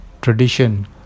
tradition